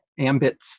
ambits